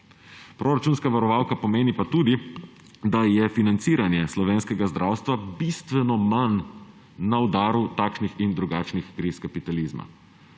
Proračunska varovalka pomeni pa tudi to, da je financiranje slovenskega zdravstva bistveno manj na udaru takšnih in drugačnih kriz kapitalizma.